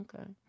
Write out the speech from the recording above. okay